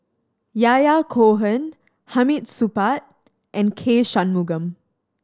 Yahya Cohen Hamid Supaat and K Shanmugam